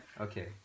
Okay